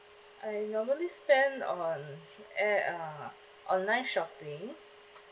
I normally spend on air uh online shopping